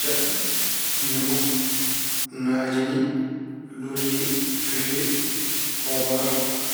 jaɓɓe, ñamoko, naajini, loriye, fefe, pobaar.